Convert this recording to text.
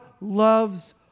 loves